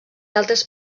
altres